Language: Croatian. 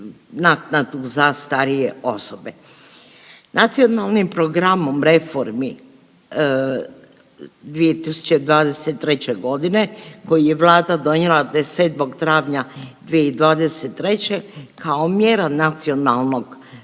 naknadu za starije osobe. Nacionalnim programom reformi 2023.g. koji je Vlada donijela 27. travnja 2023. kao mjera nacionalnog,